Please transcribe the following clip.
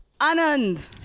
Anand